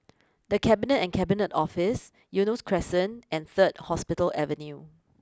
the Cabinet and Cabinet Office Eunos Crescent and third Hospital Avenue